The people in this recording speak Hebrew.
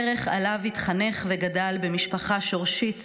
ערך שעליו התחנך וגדל במשפחה שורשית,